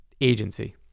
agency